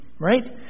right